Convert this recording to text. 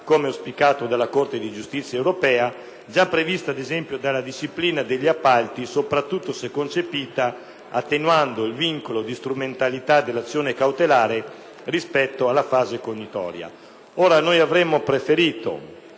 come auspicato dalla Corte di giustizia europea, giaprevista dalla disciplina degli appalti, soprattutto se concepita attenuando il vincolo di strumentalita dell’azione cautelare rispetto alla fase cognitoria. Ora, noi avremmo preferito